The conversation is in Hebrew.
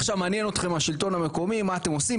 עכשיו מעניין אתכם השלטון המקומי מה אתם עושים?